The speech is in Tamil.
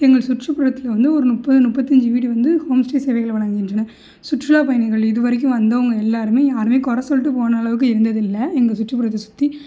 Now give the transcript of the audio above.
எங்கள் சுற்றுப்புறத்தில் வந்து ஒரு முப்பது முப்பத்தஞ்சி வீடு வந்து ஹோம் ஸ்டே சேவைகளை வழங்குகின்றன சுற்றுலாப்பயணிகள் இதுவரைக்கும் வந்தவங்க எல்லோருமே யாரையும் கொறை சொல்லிட்டு போன அளவுக்கு இருந்தது இல்லை எங்கள் சுற்றுப்புறத்தை சுற்றி